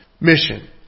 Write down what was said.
mission